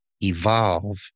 evolve